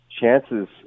chances